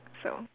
so